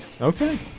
Okay